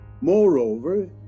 Moreover